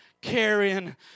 carrying